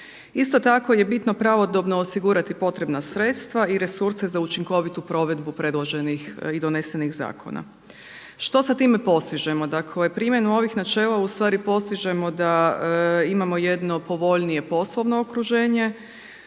Isto tako je bitno pravodobno osigurati potrebna sredstva i resurse za učinkovitu provedbu predloženih i donesenih zakona. Što sa time postižemo? Dakle primjenom ovih načela ustvari postižemo da imamo jedno povoljnije poslovno okruženje,